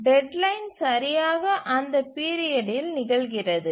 deadline சரியாக அந்த பீரியடில் நிகழ்கிறது